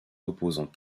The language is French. opposants